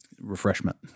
refreshment